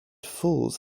falls